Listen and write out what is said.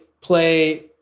play